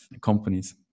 companies